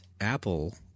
Apple